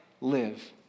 live